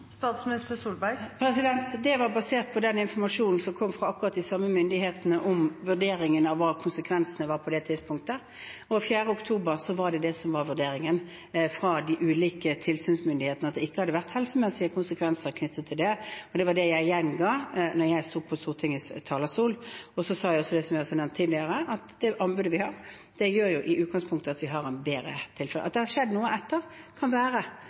Det var basert på den informasjonen som kom fra akkurat de samme myndighetene om vurderingen av hva konsekvensene var på det tidspunktet. Den 4. oktober var vurderingen fra de ulike tilsynsmyndighetene at det ikke hadde vært helsemessige konsekvenser knyttet til dette. Det var det jeg gjenga da jeg sto på Stortingets talerstol. Jeg sa også, som jeg også har nevnt tidligere, at det anbudet vi har, gjør at vi i utgangspunktet har en bedre tjeneste. Det kan være at det har skjedd noe